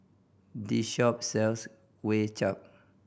this shop sells Kway Chap